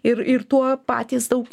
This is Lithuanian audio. ir ir tuo patys daug